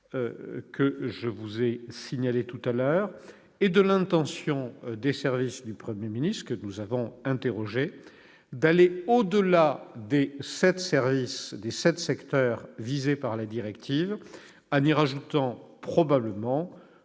que je vous ai signalée, et de l'intention des services du Premier ministre, que nous avons interrogés, d'aller au-delà des sept secteurs visés par la directive en y ajoutant probablement